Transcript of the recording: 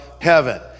heaven